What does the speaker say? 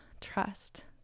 trust